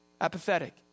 apathetic